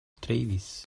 travis